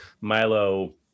Milo